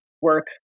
Work